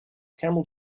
camel